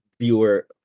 viewer